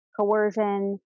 coercion